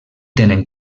tenen